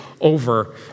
over